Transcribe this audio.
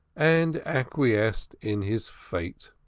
and acquiesced in his fate.